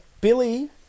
Billy